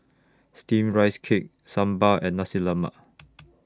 Steamed Rice Cake Sambal and Nasi Lemak